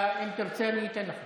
אם תרצה, אני אתן לך.